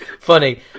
funny